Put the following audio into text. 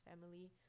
family